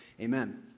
Amen